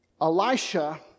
Elisha